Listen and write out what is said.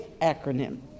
acronym